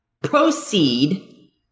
proceed